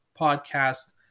podcast